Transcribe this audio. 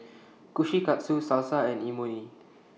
Kushikatsu Salsa and Imoni